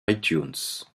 itunes